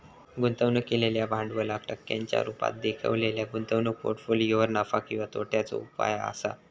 गुंतवणूक केलेल्या भांडवलाक टक्क्यांच्या रुपात देखवलेल्या गुंतवणूक पोर्ट्फोलियोवर नफा किंवा तोट्याचो उपाय असा